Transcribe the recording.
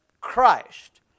Christ